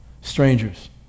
strangers